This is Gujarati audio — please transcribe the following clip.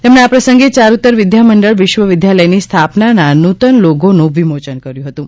તેમણે આ પ્રસંગે ચારૃતર વિદ્યામંડળ વિશ્વ વિદ્યાલયની સ્થાપનાના નૂતન લોગોનું વિમોચન કર્યું હતું